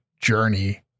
journey